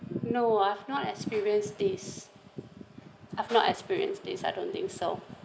no I've not experienced this I've not experienced this I don't think so